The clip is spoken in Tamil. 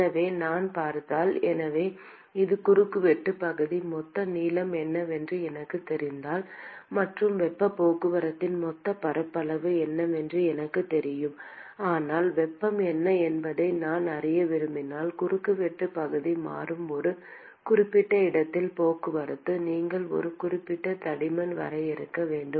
எனவே நான் பார்த்தால் எனவே இது குறுக்கு வெட்டு பகுதி மொத்த நீளம் என்னவென்று எனக்குத் தெரிந்தால் மற்றும் வெப்பப் போக்குவரத்தின் மொத்த பரப்பளவு என்னவென்று எனக்குத் தெரியும் ஆனால் வெப்பம் என்ன என்பதை நான் அறிய விரும்பினால் குறுக்குவெட்டு பகுதி மாறும் ஒரு குறிப்பிட்ட இடத்தில் போக்குவரத்து நீங்கள் ஒரு குறிப்பிட்ட தடிமன் வரையறுக்க வேண்டும்